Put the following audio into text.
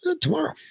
tomorrow